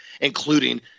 including